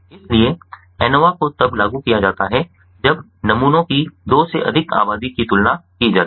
इसलिए ANOVA को तब लागू किया जाता है जब नमूनों की दो से अधिक आबादी की तुलना की जाती है